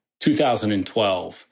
2012